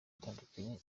bitandukanye